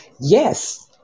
Yes